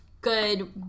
good